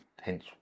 hence